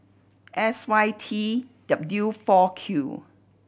S Y T W four Q